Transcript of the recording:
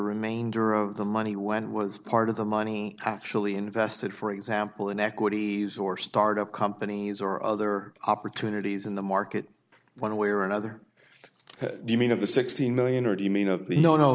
remainder of the money went was part of the money actually invested for example in equities or start up companies or other opportunities in the market one way or another do you mean of the sixteen million or do you mean of the no no